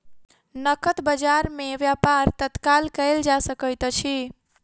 नकद बजार में व्यापार तत्काल कएल जा सकैत अछि